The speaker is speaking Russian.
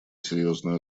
серьезную